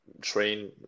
train